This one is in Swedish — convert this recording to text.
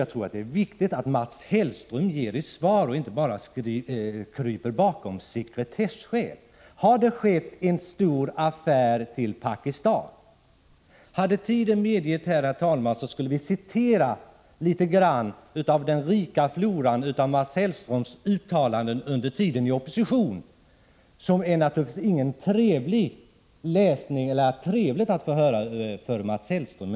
Jag tror att det är viktigt att Mats Hellström ger ett svar och inte bara kryper bakom sekretesskäl. Har det skett en stor affär med Pakistan? Hade tiden medgivit det skulle jag ha citerat en del ur den rika floran av Mats Hellströms uttalanden under tiden i opposition. Det är naturligtvis inte trevligt för Mats Hellström att nu få höra dem.